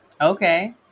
Okay